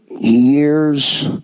years